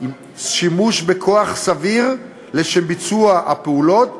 שימוש בכוח סביר לשם ביצוע הפעולות,